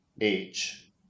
age